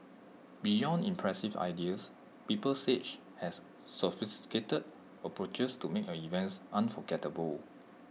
beyond impressive ideas people sage has sophisticated approaches to make your events unforgettable